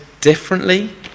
differently